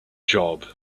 job